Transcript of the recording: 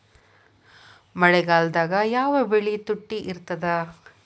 ಮಳೆಗಾಲದಾಗ ಯಾವ ಬೆಳಿ ತುಟ್ಟಿ ಇರ್ತದ?